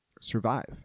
survive